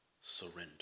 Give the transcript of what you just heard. surrender